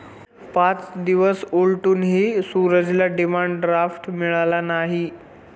पाच दिवस उलटूनही सूरजला डिमांड ड्राफ्ट मिळाला नाही